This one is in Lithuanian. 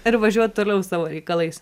ir važiuot toliau savo reikalais